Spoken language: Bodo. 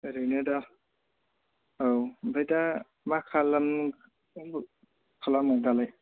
ओरैनो दा औ ओमफ्राय दा मा खालाम खालामो दालाय